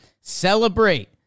celebrate